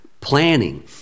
planning